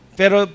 pero